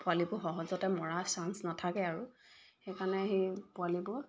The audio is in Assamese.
পোৱালিবোৰ সহজতে মৰাৰ চান্স নাথাকে আৰু সেইকাৰণে সেই পোৱালিবোৰ